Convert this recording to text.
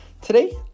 Today